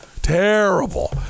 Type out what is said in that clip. Terrible